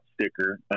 sticker